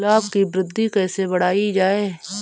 गुलाब की वृद्धि कैसे बढ़ाई जाए?